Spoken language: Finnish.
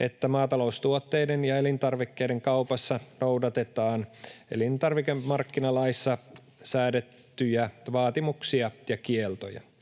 että maataloustuotteiden ja elintarvikkeiden kaupassa noudatetaan elintarvikemarkkinalaissa säädettyjä vaatimuksia ja kieltoja.